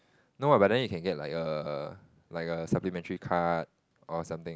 no ah but then you can get like a like a supplementary card or something